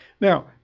Now